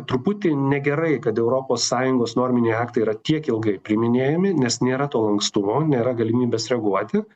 truputį negerai kad europos sąjungos norminiai aktai yra tiek ilgai priiminėjami nes nėra to lankstumo nėra galimybės reaguoti